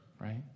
right